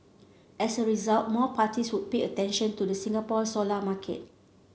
as a result more parties would pay attention to the Singapore solar market